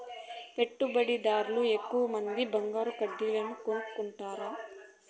పెట్టుబడిదార్లు ఎక్కువమంది బంగారు కడ్డీలను కొనుక్కుంటారు